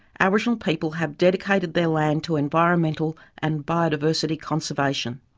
aboriginal people have dedicated their land to environmental and biodiversity conservation.